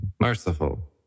merciful